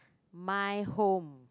my home